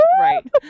right